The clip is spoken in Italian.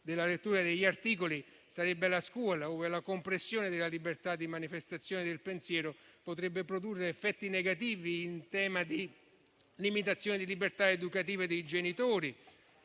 la scuola, ove la compressione della libertà di manifestazione del pensiero potrebbe produrre effetti negativi in tema di limitazione di libertà educativa dei genitori